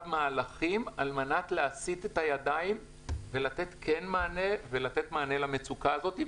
מהלכים כדי להסיט את הידיים וכן לתת מענה למצוקה הזאת.